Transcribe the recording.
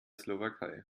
slowakei